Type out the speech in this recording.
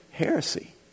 heresy